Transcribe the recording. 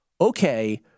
okay